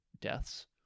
deaths